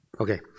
Okay